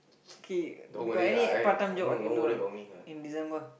K you got any part time job I can do or not in December